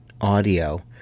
audio